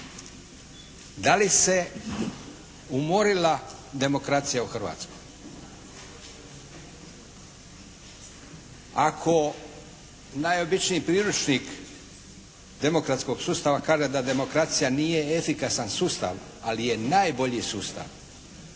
Da li se umorila demokracija u Hrvatskoj? Ako najobičniji priručnik demokratskog sustava kaže da demokracija nije efikasan sustav ali je najbolji sustav,